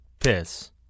Piss